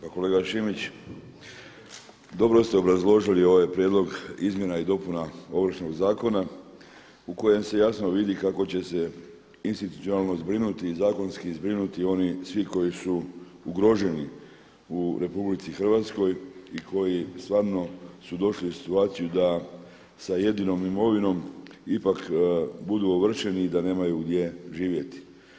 Pa kolega Šimić, dobro ste obrazložili ovaj prijedlog izmjena i dopuna Ovršnog zakona u kojem se jasno vidi kako će se institucionalno zbrinuti i zakonski zbrinuti oni svi koji su ugroženi u RH i koji stvarno su došli u situaciju da sa jedinom imovinom ipak budu ovršeni i da nemaju gdje živjeti.